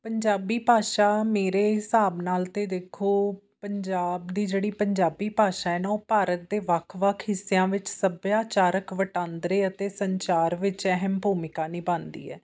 ਪੰਜਾਬੀ ਭਾਸ਼ਾ ਮੇਰੇ ਹਿਸਾਬ ਨਾਲ ਤਾਂ ਦੇਖੋ ਪੰਜਾਬ ਦੀ ਜਿਹੜੀ ਪੰਜਾਬੀ ਭਾਸ਼ਾ ਹੈ ਨਾ ਉਹ ਭਾਰਤ ਦੇ ਵੱਖ ਵੱਖ ਹਿੱਸਿਆਂ ਵਿੱਚ ਸੱਭਿਆਚਾਰਕ ਵਟਾਂਦਰੇ ਅਤੇ ਸੰਚਾਰ ਵਿੱਚ ਅਹਿਮ ਭੂਮਿਕਾ ਨਿਭਾਉਂਦੀ ਹੈ